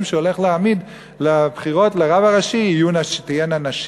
שהוא הולך להעמיד לבחירות לרב הראשי יהיו נשים.